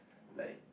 like